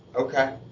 Okay